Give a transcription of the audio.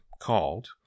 called